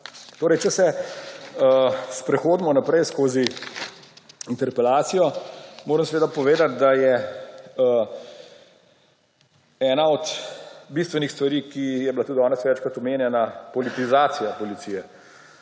zakon. Če se sprehodimo naprej skozi interpelacijo, moram seveda povedati, da je ena od bistvenih stvari, ki je bila tudi danes večkrat omenjena, politizacija policije.